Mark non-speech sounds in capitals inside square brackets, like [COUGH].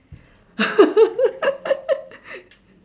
[LAUGHS]